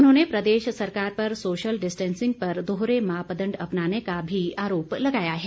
उन्होंने प्रदेश सरकार पर सोशल डिस्टैंसिंग पर दोहरे मापदण्ड अपनाने का भी आरोप लगाया है